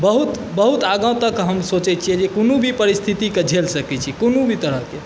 बहुत बहुत आगाँ तक हम सोचै छिए जे कोनो भी परिस्थितिके झेल सकै छी कोनो भी तरहके